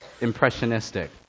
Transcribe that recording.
impressionistic